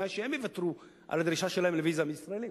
בתנאי שהם יוותרו על הדרישה שלהם לוויזה מישראלים.